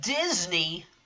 Disney